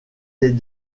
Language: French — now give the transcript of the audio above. des